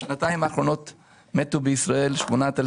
בשנתיים האחרונות מתו בישראל 8,000